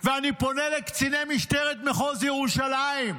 אני פונה לקציני משטרת מחוז ירושלים: